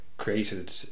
created